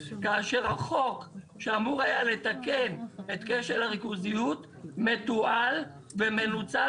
כאשר החוק שאמור היה לתקן את קשר הריכוזיות מתועל ומנוצל